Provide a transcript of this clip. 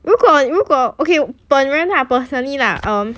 如果如果 okay 本人 ah personally lah um